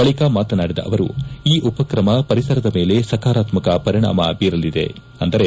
ಬಳಿಕ ಮಾತನಾಡಿದ ಅವರು ಈ ಉಪಕ್ರಮ ಪರಿಸರದ ಮೇಲೆ ಸಕಾರಾತ್ಮಕ ಪರಿಣಾಮ ಬೀರಲಿದೆ ಅಂದರೆ